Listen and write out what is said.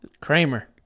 Kramer